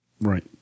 Right